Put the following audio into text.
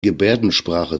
gebärdensprache